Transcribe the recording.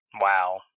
Wow